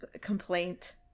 complaint